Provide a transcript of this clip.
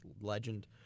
Legend